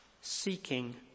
seeking